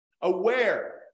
aware